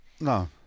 no